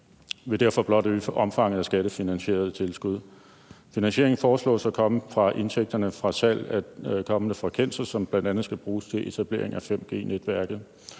vil derfor blot øge omfanget af skattefinansierede tilskud. Finansieringen foreslås at komme fra indtægterne for salg af gamle frekvenser, som bl.a. skal bruges til etablering af 5G-netværket.